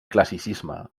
classicisme